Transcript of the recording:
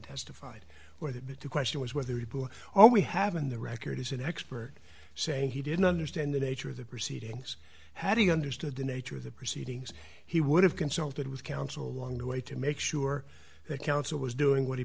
justified where the question was whether all we have in the record is an expert saying he didn't understand the nature of the proceedings how do you understood the nature of the proceedings he would have consulted with counsel a long way to make sure that counsel was doing what he